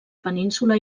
península